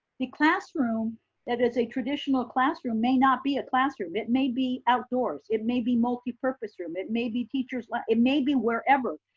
the classroom that is a traditional classroom may not be a classroom. it may be outdoors. it may be multi-purpose room. it may be teachers lounge, like it may be wherever.